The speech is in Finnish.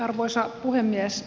arvoisa puhemies